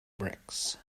bricks